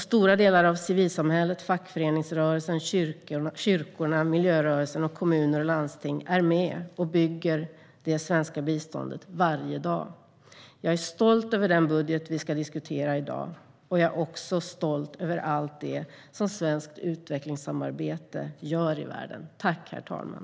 Stora delar av civilsamhället - fackföreningsrörelsen, kyrkorna, miljörörelsen och kommuner och landsting - är med och bygger det svenska biståndet varje dag. Jag är stolt över den budget vi ska diskutera i dag. Jag är också stolt över allt som svenskt utvecklingssamarbete gör i världen.